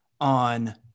on